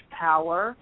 power